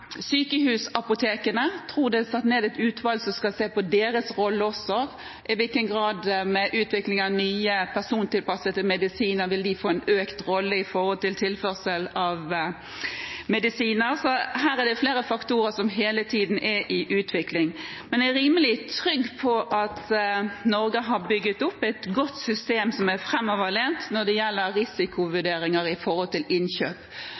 sykehusapotekene – jeg tror det er satt ned et utvalg som skal se på deres rolle også – i hvilken grad vil de med utvikling av nye persontilpassede medisiner få en økt rolle i tilførsel av medisiner? Så her er det flere faktorer som hele tiden er i utvikling. Jeg er rimelig trygg på at Norge har bygd opp et godt system som er framoverlent når det gjelder risikovurderinger rundt innkjøp.